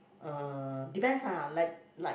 uh depends ah like like